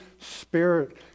Spirit